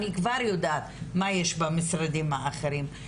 אני כבר יודעת מה יש במשרדים האחרים,